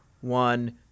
one